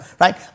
right